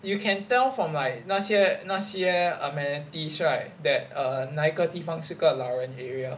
you can tell from like 那些那些 amenities right that err 哪一个地方是个老人的 area